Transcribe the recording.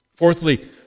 Fourthly